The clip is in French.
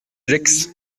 gex